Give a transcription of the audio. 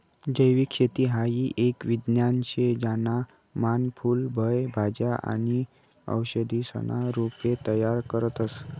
जैविक शेती हाई एक विज्ञान शे ज्याना मान फूल फय भाज्या आणि औषधीसना रोपे तयार करतस